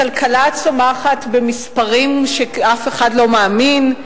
הכלכלה צומחת במספרים שאף אחד לא מאמין.